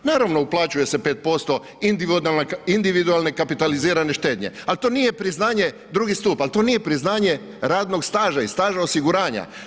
Naravno, uplaćuje se 5% individualne kapitalizirane štednje ali to nije priznanje, II. stup, ali to nije priznanje radnog staža i staža osiguranja.